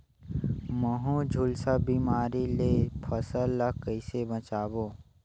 महू, झुलसा बिमारी ले फसल ल कइसे बचाबो?